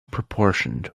proportioned